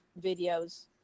videos